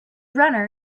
runner